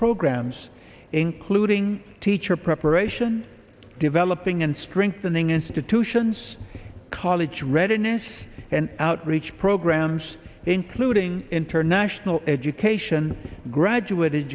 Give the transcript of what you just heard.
programs looting teacher preparation developing and strengthening institutions college readiness and outreach programs including international education graduate